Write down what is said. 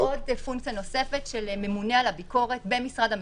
יש עוד פונקציה נוספת של ממונה על הביקורת במשרד המשפטים,